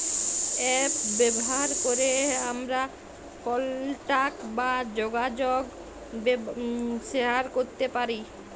app ব্যাভার ক্যরে আমরা কলটাক বা জ্যগাজগ শেয়ার ক্যরতে পারি